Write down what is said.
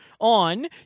on